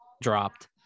dropped